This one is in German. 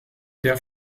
der